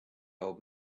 old